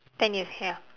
ten years ya